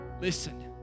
listen